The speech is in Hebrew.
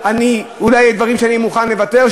אולי יהיו דברים שאני מוכן לוותר.